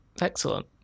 Excellent